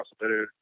better